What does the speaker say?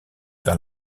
vers